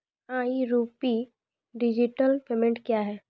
ई rupee digital payment क्या हैं?